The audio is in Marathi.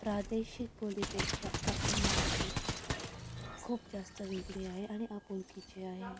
प्रादेशिक बोलीपेक्षा आपली मराठी खूप जास्त वेगळी आहे आणि आपुलकीची